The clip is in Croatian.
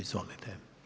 Izvolite.